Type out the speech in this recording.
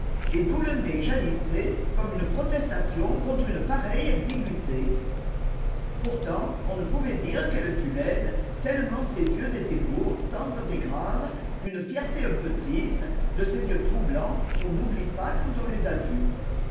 et d'où le nez jaillissait comme une protestation contre une pareille exiguïté pourtant on ne pouvait dire qu'elle fût laide tellement ses yeux étaient beaux tendres et graves d'une fierté un peu triste de ces yeux troublants qu'on n'oublie pas quand on les a vus